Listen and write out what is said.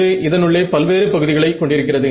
இது இதனுள்ளே பல்வேறு பகுதிகளை கொண்டிருக்கிறது